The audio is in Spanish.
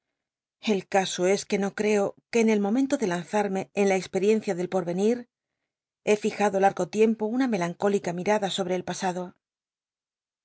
el caso es que no creo que en el momento de lanzarme en la experiencia del porenir he fijado latgo tiempo una melancólica mitada sobre el pasado